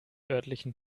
örtlichen